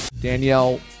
Danielle